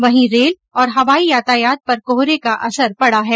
वहीं रेल और हवाई यातायात पर कोहरे का असर पड़ा है